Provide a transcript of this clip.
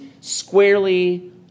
squarely